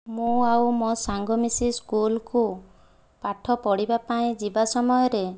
ମୁଁ ଆଉ ମୋ ସାଙ୍ଗ ମିଶି ସ୍କୁଲକୁ ପାଠ ପଢ଼ିବା ପାଇଁ ଯିବା ସମୟରେ